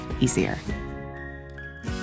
easier